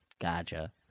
Gotcha